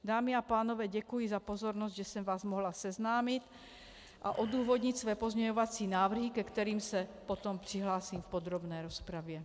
Dámy a pánové, děkuji za pozornost, že jsem vás mohla seznámit a odůvodnit své pozměňovací návrhy, ke kterým se potom přihlásím v podrobné rozpravě.